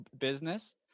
business